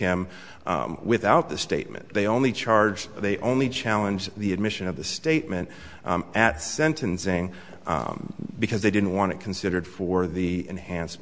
him without the statement they only charge they only challenge the admission of the statement at sentencing because they didn't want it considered for the enhance